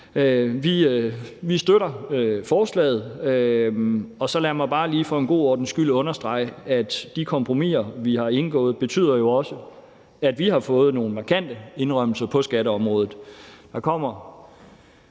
Vi støtter forslaget. Lad mig bare lige for en god ordens skyld understrege, at de kompromiser, vi har indgået, jo også betyder, at vi har fået nogle markante indrømmelser på skatteområdet.